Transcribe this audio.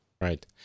Right